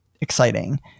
exciting